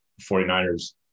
49ers